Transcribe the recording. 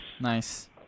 nice